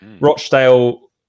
Rochdale